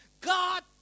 God